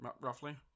roughly